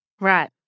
Right